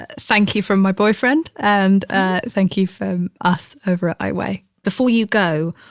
ah thank you from my boyfriend. and ah thank you from us over i weigh. before you go,